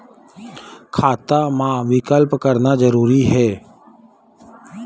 खाता मा विकल्प करना जरूरी है?